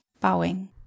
bowing